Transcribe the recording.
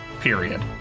Period